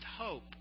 hope